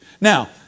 Now